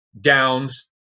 downs